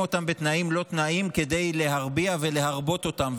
אותם בתנאים-לא-תנאים כדי להרביע ולהרבות אותם,